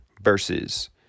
versus